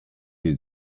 die